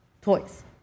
toys